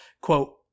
quote